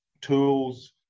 tools